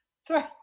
Sorry